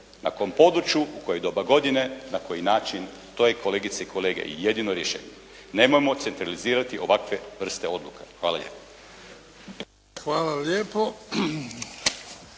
na kom području, u koje doba godine, na koji način. To je kolegice i kolege jedino rješenje. Nemojmo centralizirati ovakve vrste odluka. Hvala lijepa. **Bebić,